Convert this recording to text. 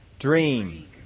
dream